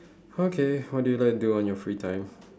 okay what do you like to do on your free time